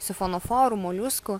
sifonoforų moliuskų